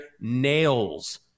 nails